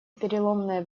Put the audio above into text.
переломное